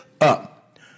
up